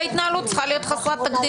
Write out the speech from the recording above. וההתנהלות צריכה להיות חסרת תקדים,